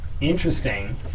Interesting